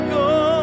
go